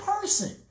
person